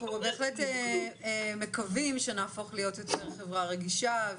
אנחנו בהחלט מקווים שנהפוך להיות חברה יותר רגישה.